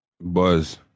Buzz